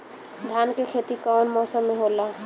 धान के खेती कवन मौसम में होला?